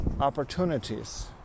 opportunities